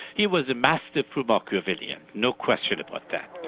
he was a master machiavellian, no question about that.